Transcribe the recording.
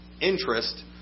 interest